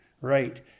right